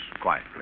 quiet